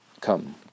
come